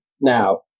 now